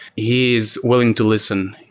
he is willing to listen.